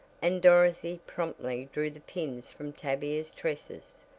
and dorothy promptly drew the pins from tavia's tresses,